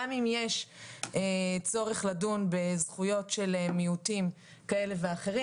גם אם יש צורך לדון בזכויות של מיעוטים כאלה ואחרים,